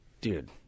dude